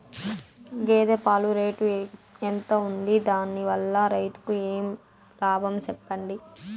గేదె పాలు రేటు ఎంత వుంది? దాని వల్ల రైతుకు ఏమేం లాభాలు సెప్పండి?